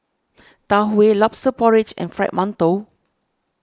Tau Huay Lobster Porridge and Fried Mantou